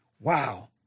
Wow